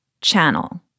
channel